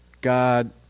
God